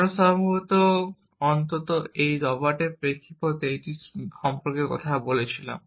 আমরা সম্ভবত অন্তত এই রবার্টের প্রেক্ষাপটে এটি সম্পর্কে কথা বলেছিলাম